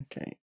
Okay